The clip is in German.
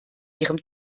ihrem